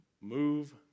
move